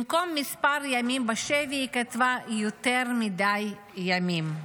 במקום מספר ימים בשבי, יותר מדי ימים.